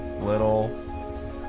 little